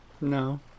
No